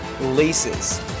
laces